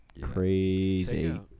Crazy